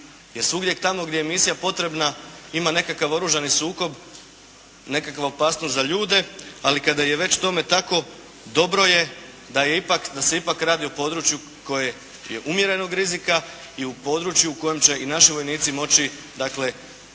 jer se uvijek tamo gdje je misija potrebna ima nekakav oružani sukob, nekakva opasnost za ljude, ali kada je već tome tako dobro je da se ipak radi o području koje je umjerenog rizika i o području u kojem će i naši vojnici moći se dakle